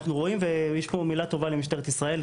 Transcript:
אנחנו רואים ויש פה מילה טובה למשטרת ישראל,